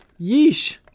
Yeesh